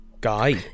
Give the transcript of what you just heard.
Guy